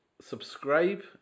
subscribe